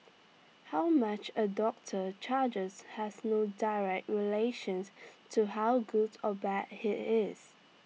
how much A doctor charges has no direct relations to how good or bad he is